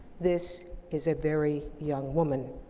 this is a very young woman